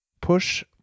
push